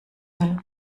will